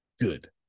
good